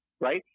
right